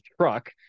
truck